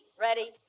Ready